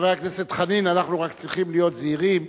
חבר הכנסת חנין, אנחנו רק צריכים להיות זהירים,